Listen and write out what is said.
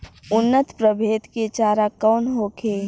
उन्नत प्रभेद के चारा कौन होखे?